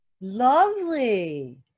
Lovely